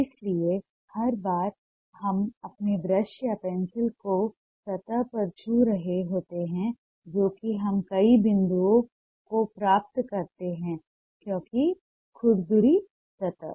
इसलिए हर बार हम अपने ब्रश या पेंसिल को सतह पर छू रहे होते हैं जो कि हम कई बिंदुओं को प्राप्त करते हैं क्योंकि खुरदुरी सतह